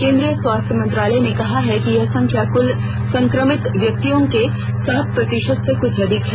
केन्द्रीय स्वास्थ्य मंत्रालय ने कहा है कि यह संख्या कल संक्रमित व्यक्तियों के सात प्रतिशत से कुछ अधिक है